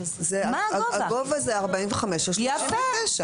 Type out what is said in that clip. הגובה הוא 45 או 39 סנטימטר.